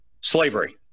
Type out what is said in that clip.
slavery